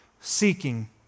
seeking